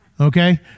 Okay